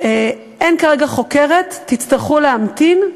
אין כרגע חוקרת, תצטרכו להמתין.